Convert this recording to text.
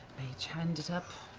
mage hand it up.